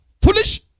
Foolish